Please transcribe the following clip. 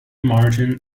martin